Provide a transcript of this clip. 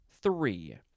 three